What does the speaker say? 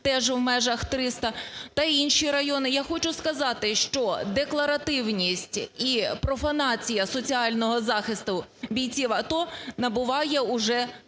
теж у межах 300, та й інші райони. Я хочу сказати, що декларативність і профанація соціального захисту бійців АТО набуває уже